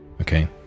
Okay